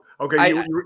Okay